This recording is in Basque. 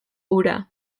ura